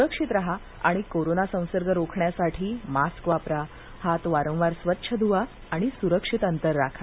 सुक्षित राहा आणि कोरोना संसर्ग रोखण्यासाठी मास्क वापरा हात वारंवार स्वच्छ धुवा आणि सुरक्षित अंतर राखा